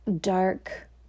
dark